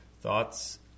thoughts